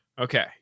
okay